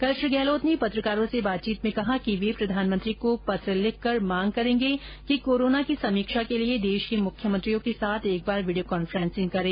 कल श्री गहलोत ने पत्रकारों से बातचीत में कहा कि वे प्रधानमंत्री को पत्र लिखकर मांग करेगे कि कोरोना की समीक्षा के लिए देश के मुख्यमंत्रियों के साथ एक बार वीडियो कॉन्फ्रेसिंग करें